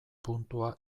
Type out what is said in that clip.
puntua